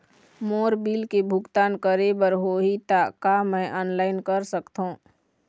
मोर bill के भुगतान करे बर होही ता का मैं ऑनलाइन कर सकथों?